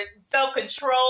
self-control